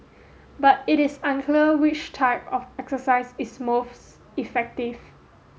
but it is unclear which type of exercise is most effective